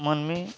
ᱢᱟᱹᱱᱢᱤ